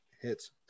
hits